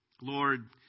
Lord